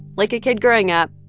like a kid growing up,